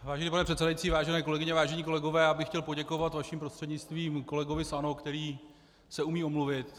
Vážený pane předsedající, vážené kolegyně, vážení kolegové, já bych chtěl poděkovat vaším prostřednictvím kolegovi z ANO, který se umí omluvit.